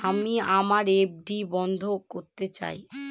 আমি আমার এফ.ডি বন্ধ করতে চাই